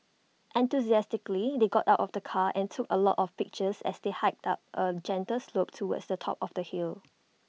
enthusiastically they got out of the car and took A lot of pictures as they hiked up A gentle slope towards the top of the hill